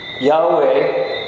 Yahweh